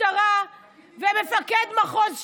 המשטרה ומפקד מחוז ש"י,